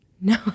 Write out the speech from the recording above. No